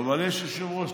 אבל יש יושב-ראש.